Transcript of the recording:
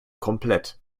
komplett